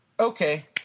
Okay